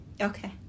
Okay